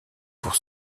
pour